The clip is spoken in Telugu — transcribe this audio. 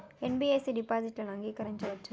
ఎన్.బి.ఎఫ్.సి డిపాజిట్లను అంగీకరించవచ్చా?